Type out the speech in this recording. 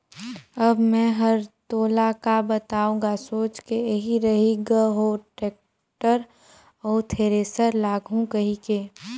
अब मे हर तोला का बताओ गा सोच के एही रही ग हो टेक्टर अउ थेरेसर लागहूँ कहिके